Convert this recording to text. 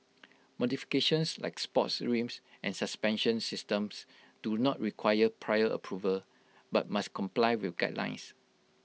modifications like sports rims and suspension systems do not require prior approval but must comply with guidelines